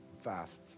Fast